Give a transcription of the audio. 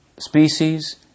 species